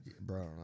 Bro